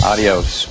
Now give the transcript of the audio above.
Adios